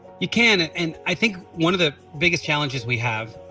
you can and and i think one of the biggest challenges we have